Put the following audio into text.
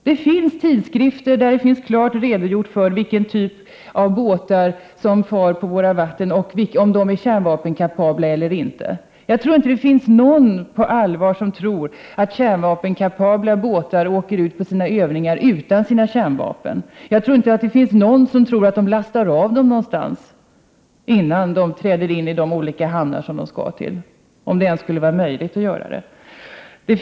Det finns tidskrifter i vilka klart redogörs för vilken typ av båtar som far på våra vatten och om de är kärnvapenkapabla eller inte. Jag tror inte det finns någon som på allvar tror att kärnvapenkapabla båtar åker ut på sina övningar utan kärnvapen. Jag tror inte det finns någon som tror att de lastar av dem någonstans innan de styr in i de olika hamnar som de skall till, om det ens skulle vara möjligt.